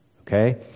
Okay